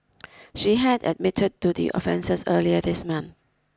she had admitted to the offences earlier this month